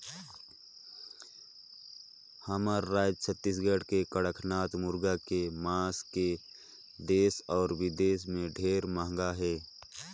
हमर रायज छत्तीसगढ़ के कड़कनाथ मुरगा के मांस के देस अउ बिदेस में ढेरे मांग हे